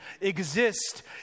exist